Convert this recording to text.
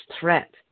threat